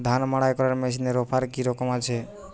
ধান মাড়াই করার মেশিনের অফার কী রকম আছে?